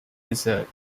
lizard